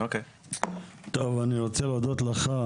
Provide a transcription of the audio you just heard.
אני רוצה להודות לך,